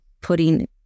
putting